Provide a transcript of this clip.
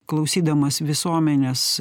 klausydamas visuomenės